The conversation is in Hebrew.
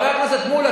חבר הכנסת מולה,